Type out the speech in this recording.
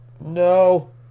no